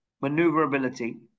maneuverability